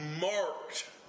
marked